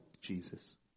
Jesus